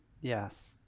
Yes